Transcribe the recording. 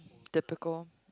typical